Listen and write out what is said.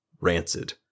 rancid